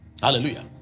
Hallelujah